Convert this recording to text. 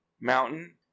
mountain